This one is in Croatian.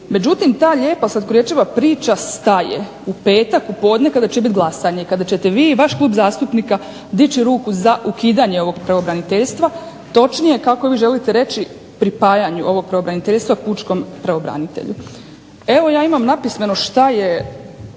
Međutim ta lijepa, slatkorječiva priča staje u petak u podne kada će biti glasanje i kada ćete vi i vaš klub zastupnika dići ruku za ukidanje ovog pravobraniteljstva, točnije kako vi želite reći pripajanju ovog pravobraniteljstva pučkom pravobranitelju. Evo ja imam napismeno šta je